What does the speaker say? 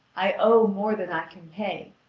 i owe more than i can pay.